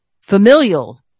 familial